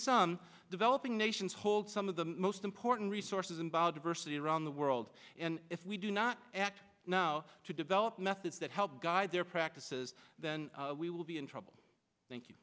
some developing nations hold some of the most important resources involve diversity around the world and if we do not act now to develop methods that help guide their practices then we will be in trouble thank you